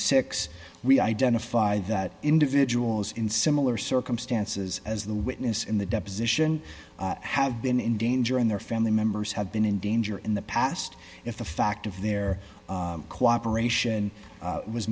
we identify that individuals in similar circumstances as the witness in the deposition have been in danger and their family members have been in danger in the past if the fact of their cooperation